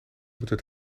moeten